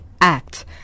Act